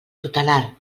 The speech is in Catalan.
tutelar